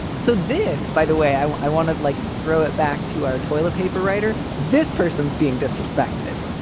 so this, by the way, i i wanted like throw it back to our toilet paper writer. this person's being disrespected.